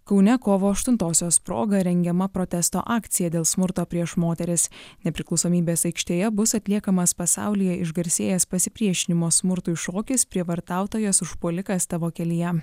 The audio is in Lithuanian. kaune kovo aštuntosios proga rengiama protesto akcija dėl smurto prieš moteris nepriklausomybės aikštėje bus atliekamas pasaulyje išgarsėjęs pasipriešinimo smurtui šokis prievartautojas užpuolikas tavo kelyje